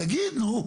תגיד, נו.